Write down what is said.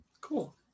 Cool